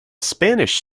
spanish